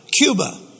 Cuba